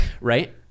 Right